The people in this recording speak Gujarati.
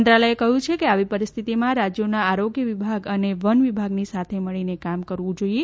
મંત્રાલયે કહ્યું છે કે આવી પરિસ્થિતીમાં રાજ્યોના આરોગ્ય વિભાગ અને વન વિભાગની સાથે મળીને કામ કરવું જોઇએ